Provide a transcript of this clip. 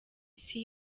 isi